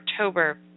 October